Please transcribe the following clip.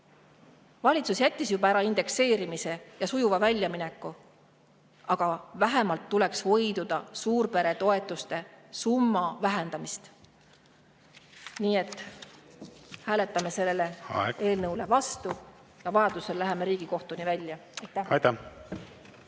Valitsus jättis juba ära indekseerimise ja sujuva väljamineku. Aga vähemalt tuleks hoiduda suurperetoetuste summa vähendamisest. Aeg! Nii et hääletame selle eelnõu vastu ja vajadusel läheme Riigikohtuni välja. Aitäh!